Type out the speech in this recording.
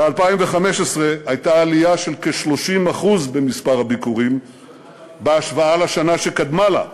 ב-2015 הייתה עלייה של כ-30% במספר הביקורים בהשוואה לשנה שקדמה לה,